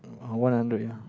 I wanna hundred ya